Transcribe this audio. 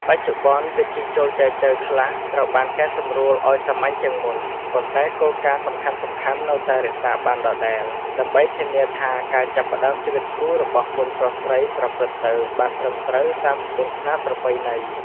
បច្ចុប្បន្ន ពិធីចូលចែចូវខ្លះត្រូវបានកែសម្រួលឲ្យសាមញ្ញជាងមុន ប៉ុន្តែគោលការណ៍សំខាន់ៗនៅតែរក្សាបានដដែល ដើម្បីធានាថាការចាប់ផ្តើមជីវិតគូរបស់កូនប្រុសស្រីប្រព្រឹត្តទៅបានត្រឹមត្រូវតាមក្បួនខ្នាតប្រពៃណី។